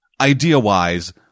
idea-wise